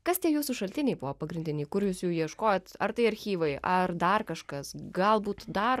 kas tie jūsų šaltiniai buvo pagrindiniai kur jūs jų ieškojot ar tai archyvai ar dar kažkas galbūt dar